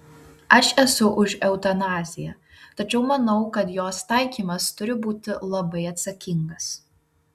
aš esu už eutanaziją tačiau manau kad jos taikymas turi būti labai atsakingas